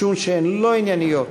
משום שהן לא ענייניות,